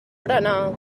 berenar